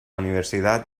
universidad